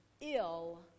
ill